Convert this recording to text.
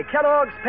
Kellogg's